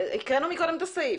הקראנו מקודם את הסעיף.